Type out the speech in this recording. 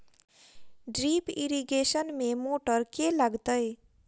Drip irrigation मे motor केँ लागतै?